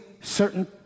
certain